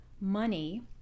money